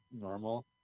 normal